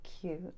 cute